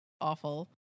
awful